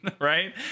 right